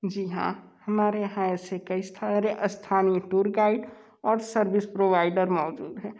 जी हाँ हमारे यहाँ ऐसे कई स्थारे अस्थालो टूर गाइड और सर्विस प्रोवाइडर मौजूद हैं